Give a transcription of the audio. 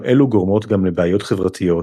אולם אלו גורמות גם לבעיות חברתיות,